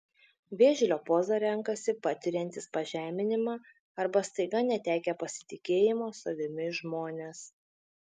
vėžlio pozą renkasi patiriantys pažeminimą arba staiga netekę pasitikėjimo savimi žmonės